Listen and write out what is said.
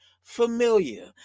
familiar